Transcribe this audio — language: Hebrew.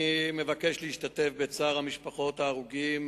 אני מבקש להשתתף בצער משפחות ההרוגים,